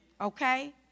okay